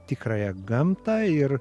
tikrąją gamtą ir